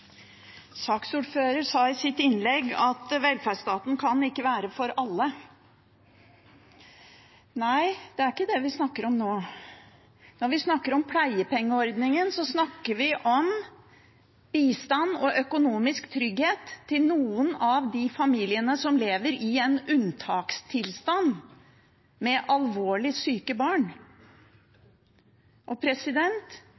sa i sitt innlegg at velferdsstaten ikke kan være for alle. Det er ikke det vi snakker om nå. Når vi snakker om pleiepengeordningen, snakker vi om bistand til og økonomisk trygghet for noen av de familiene som lever i en unntakstilstand, med alvorlig